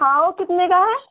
हाँ वह कितने का है